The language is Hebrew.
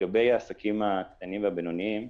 לגבי העסקים הקטנים והבינוניים,